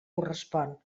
correspon